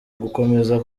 gukomeza